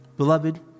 Beloved